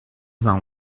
vingt